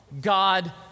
God